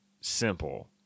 simple